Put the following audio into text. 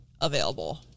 available